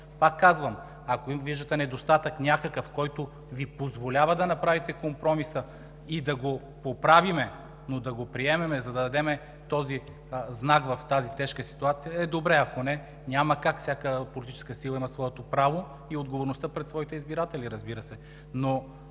Пак казвам, ако виждате някакъв недостатък, който Ви позволява да направите компромиса и да го оправим, но да го приемем, за да дадем този знак в тази тежка ситуация, е добре. Ако не, няма как. Всяка политическа сила има своето право и отговорността пред своите избиратели, разбира се.